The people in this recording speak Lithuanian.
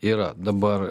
yra dabar